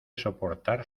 soportar